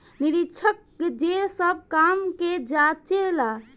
निरीक्षक जे सब काम के जांचे ला